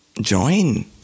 join